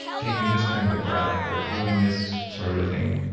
taking this kind of a breath or doing this sort of a thing,